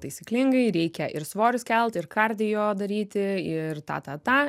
taisyklingai reikia ir svorius kelti ir kardio daryti ir tą tą tą